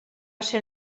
ser